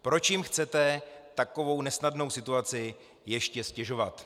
Proč jim chcete takovou nesnadnou situaci ještě ztěžovat?